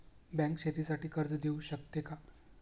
Bank शेतीसाठी कर्ज देऊ शकते का?